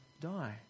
die